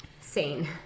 sane